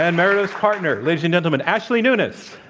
and meredith's partner, ladies and gentlemen, ashley nunes.